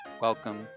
welcome